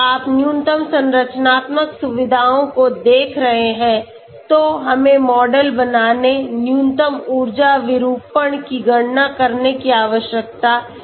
अगर आप न्यूनतम संरचनात्मक सुविधाओं को देख रहे हैं तो हमें मॉडल बनाने न्यूनतम ऊर्जा विरूपण की गणना करने की आवश्यकता है